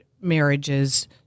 marriages